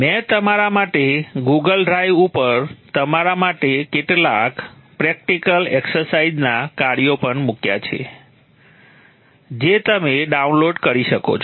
મેં તમારા માટે ગૂગલ ડ્રાઇવ ઉપર તમારા માટે કેટલાક પ્રેક્ટિકલ એક્સરસાઇઝના કાર્યો પણ મૂક્યા છે જે તમે ડાઉનલોડ કરી શકો છો